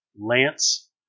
Lance